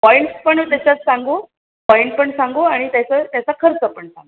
points पण त्याच्यात सांगू पॉइंट पण सांगू आणि त्याचं त्याचा खर्च पण सांग